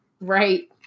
Right